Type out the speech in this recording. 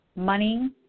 money